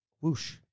whoosh